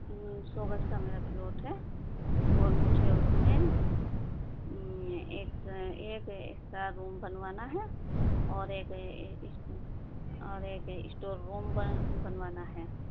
سو گز کا میرا پلاٹ ہے اور مجھے اس میں ایک ایک ایکسرا روم بنوانا ہے اور ایک اور ایک اسٹور روم بنوانا ہے